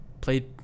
played